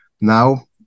now